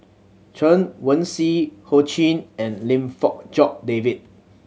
Chen Wen Hsi Ho Ching and Lim Fong Jock David